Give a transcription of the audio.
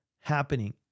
happening